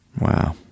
wow